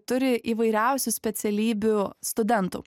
turi įvairiausių specialybių studentų